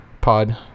pod